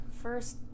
first